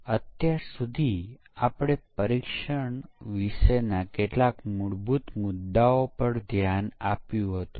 હવે આપણે પરીક્ષણમાં કેટલાક વધુ મૂળભૂત ખ્યાલો જોશું